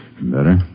better